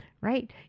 right